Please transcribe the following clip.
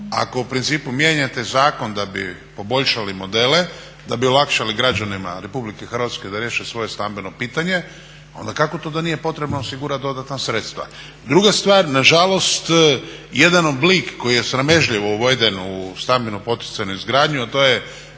ako u principu mijenjate zakon da bi poboljšali modele, da bi olakšali građanima RH da riješe svoje stambeno pitanje, onda kako to da nije potrebno osigurati dodatna sredstva. Druga stvar, na žalost jedan oblik koji je sramežljivo uveden u stambeno poticajnu izgradnju, a to je